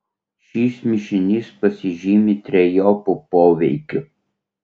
šis mišinys pasižymi trejopu poveikiu